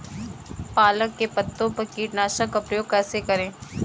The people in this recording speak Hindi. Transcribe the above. पालक के पत्तों पर कीटनाशक का प्रयोग कैसे करें?